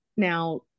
Now